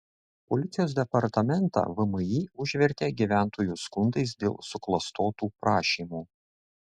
policijos departamentą vmi užvertė gyventojų skundais dėl suklastotų prašymų